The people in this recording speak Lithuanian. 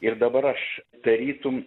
ir dabar aš tarytum